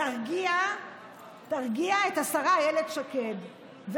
תרגיע את השרה אילת שקד,